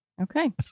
Okay